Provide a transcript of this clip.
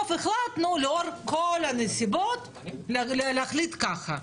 ובסוף החלטנו לאור כל הנסיבות להחליט ככה.